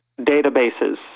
databases